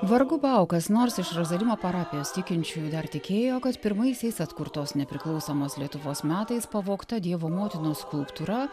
vargu bau kas nors iš rozalimo parapijos tikinčiųjų dar tikėjo kad pirmaisiais atkurtos nepriklausomos lietuvos metais pavogta dievo motinos skulptūra